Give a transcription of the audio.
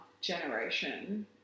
generation